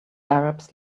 arabs